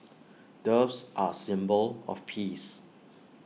doves are A symbol of peace